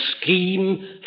scheme